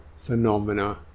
phenomena